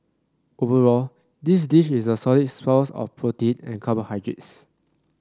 overall this dish is a solid source of protein and carbohydrates